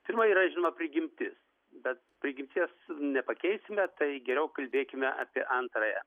pirma yra žinoma prigimtis bet prigimties nepakeisime tai geriau kalbėkime apie antrąją